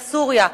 דרך סוריה,